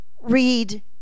read